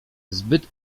zbyt